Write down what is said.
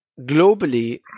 globally